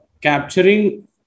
Capturing